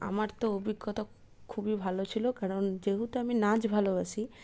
আমার তো অভিজ্ঞতা খুবই ভালো ছিল কারণ যেহেতু আমি নাচ ভালোবাসি